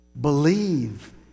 Believe